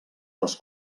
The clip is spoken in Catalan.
les